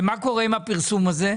ומה קורה עם הפרסום הזה?